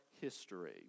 history